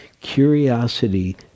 Curiosity